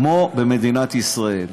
כמו מדינת ישראל.